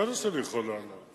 בטח שאני יכול לענות.